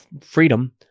freedom